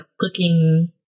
looking